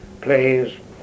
plays